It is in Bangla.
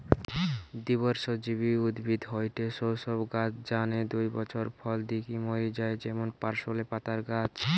দ্বিবর্ষজীবী উদ্ভিদ হয়ঠে সৌ সব গাছ যানে দুই বছর ফল দিকি মরি যায় যেমন পার্সলে পাতার গাছ